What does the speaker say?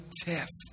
test